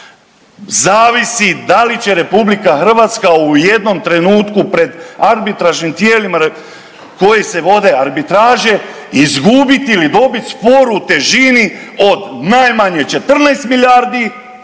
zavisi da li će RH u jednom trenutku pred arbitražnim tijelima pred kojima se vode arbitraže izgubiti ili dobiti spor u težini od najmanje 14 milijardi